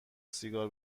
سیگار